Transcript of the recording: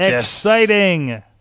Exciting